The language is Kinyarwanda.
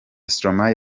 stromae